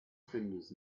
findus